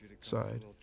side